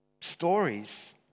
stories